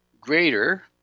greater